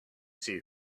see